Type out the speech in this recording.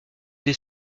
des